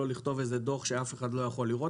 לא לכתוב איזה דוח שאף אחד לא יכול לראות.